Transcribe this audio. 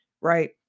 right